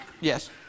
Yes